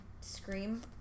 scream